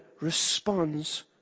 responds